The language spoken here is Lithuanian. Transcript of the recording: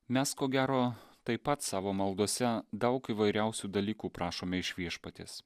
mes ko gero taip pat savo maldose daug įvairiausių dalykų prašome iš viešpaties